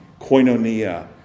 Koinonia